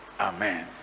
Amen